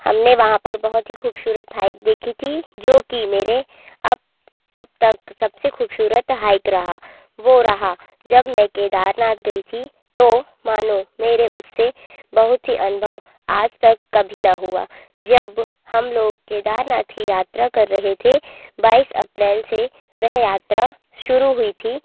हमने वहाँ पर बहुत ही खूबसूरत हैइक देखी थी जो कि मेरे अब अब तक सबसे खूबसूरत हैइक रहा वो रहा जब मैं केदारनाथ गई थी तो मानो मेरे उससे बहुत ही अनुभव आज तक कभी ना हुआ जब हम लोग केदारनाथ की यात्रा कर रहे थे बाईस अप्रेल से वह यात्रा शुरू हुई थी